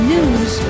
News